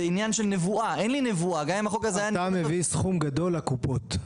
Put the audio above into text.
עניין של נבואה ואין לי נבואה --- אתה מביא סכום גדול לקופות,